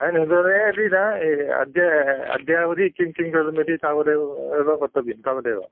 ए नूतने अपि न अद्य अद्यावत् किं किं कृतमिति तावदेव एव वक्तव्यं तावदेव